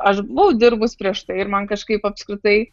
aš buvau dirbus prieš tai ir man kažkaip apskritai